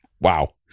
wow